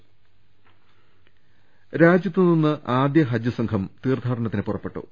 ഹജ്ജ് രാജ്യത്തുനിന്ന് ആദ്യ ഹജ്ജ്സംഘം തീർത്ഥാടനത്തിന് പുറ പ്പെട്ടു